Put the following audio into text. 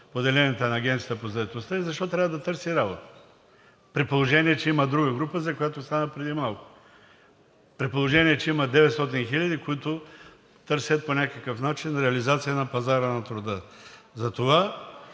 поделенията на Агенцията по заетостта и защо трябва да търси работа, при положение че има друга група, за която стана дума преди малко, при положение че има 900 хиляди, които по някакъв начин търсят реализация на пазара на труда.